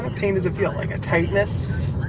pain does it feel like a tightness?